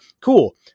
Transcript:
cool